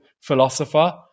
philosopher